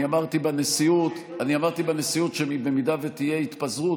אני אמרתי בנשיאות שאם תהיה התפזרות,